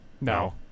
No